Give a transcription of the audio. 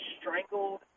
strangled